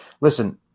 listen